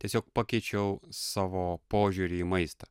tiesiog pakeičiau savo požiūrį į maistą